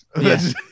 Yes